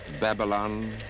Babylon